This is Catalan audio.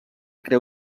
creu